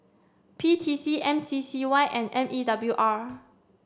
P T C M C C Y and M E W R